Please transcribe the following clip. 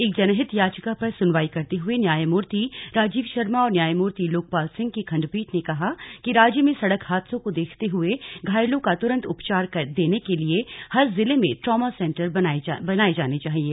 एक जनहित याचिका पर सुनवाई करते हए न्यायमूर्ति राजीव शर्मा और न्यायमूर्ति लोकपाल सिंह की खंडपीठ ने कहा कि राज्य में सडक हादसों को देखते हुए घायलों का तुरंत उपचार देने के लिए हर जिले में ट्रॉमा सेंटर बनाए जाने चाहिए